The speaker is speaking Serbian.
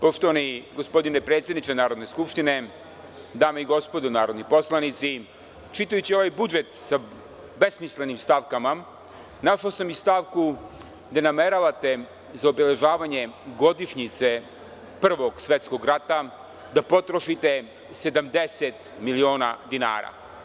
Poštovani gospodine predsedniče Narodne skupštine, dame i gospodo narodni poslanici, čitajući ovaj budžet sa besmislenim stavkama, našao sam i stavku gde nameravate za obeležavanje godišnjice Prvog svetskog rata da potrošite 70 miliona dinara.